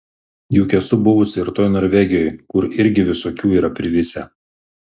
juk esu buvusi ir toj norvegijoj kur irgi visokių yra privisę